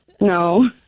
No